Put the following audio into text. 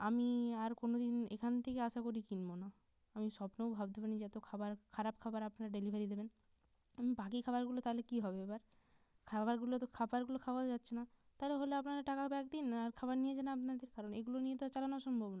আমি আর কোনো দিন এখান থেকে আশা করি কিনবো না আমি স্বপ্নেও ভাবতে পারি নি যে এত খাবার খারাপ খাবার আপনারা ডেলিভারি দেবেন আমি বাকি খাবারগুলো তাহলে কি হবে এবার খাবারগুলো তো খাবারগুলো খাওয়া যাচ্ছে না তাহলে হলে আপনারা টাকা ব্যাক দিন আর খাবার নিয়ে যান আপনাদের কারণ এগুলো নিয়ে তো আর চালানো সম্ভব না